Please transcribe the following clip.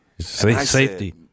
safety